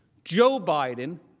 joe biden,